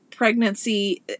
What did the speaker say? pregnancy